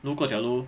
如果假如